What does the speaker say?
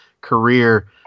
career